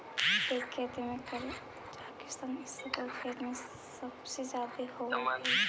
एकर खेती कजाकिस्तान ई सकरो के क्षेत्र सब में जादे होब हई